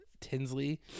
Tinsley